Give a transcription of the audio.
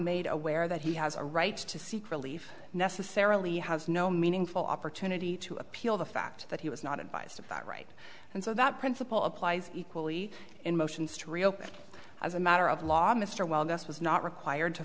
made aware that he has a right to seek relief necessarily has no meaningful opportunity to appeal the fact that he was not advised of that right and so that principle applies equally in motions to reopen as a matter of law mr while this was not required to